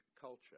culture